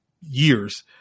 years